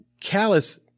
callous